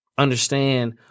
understand